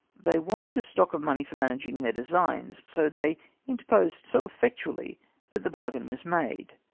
they wanted a stock of money for managing their designs, so they inter posed so effectually that the bargain was made.